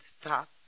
stop